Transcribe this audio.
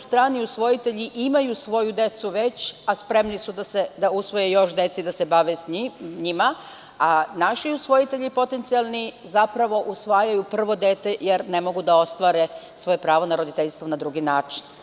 Strani usvojitelji imaju svoju decu već a spremni su da usvoje još dece i da se bave njima a naši usvojitelji potencijalni zapravo usvajaju prvo dete jer ne mogu da ostvare svoje pravo na roditeljstvo na drugi način.